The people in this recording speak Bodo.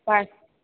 बास